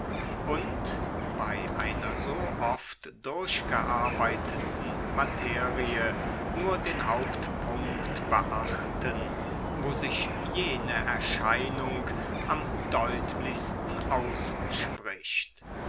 und bei einer so oft durchgearbeiteten materie nur den hauptpunkt beachten wo sich jene erscheinung am deutlichsten ausspricht